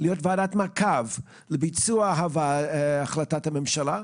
להיות וועדת מעקב לביצוע החלטת הממשלה,